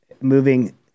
moving